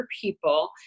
people